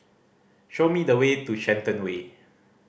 show me the way to Shenton Way